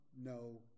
no